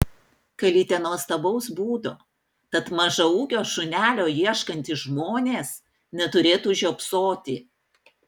kalytė nuostabaus būdo tad mažaūgio šunelio ieškantys žmonės neturėtų žiopsoti